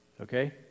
Okay